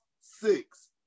six